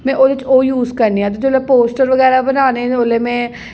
में ओह्दे च ओह् यूज करनी आं ते जेल्लै पोस्टर बगैरा बनाने ओल्लै मैं